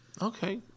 Okay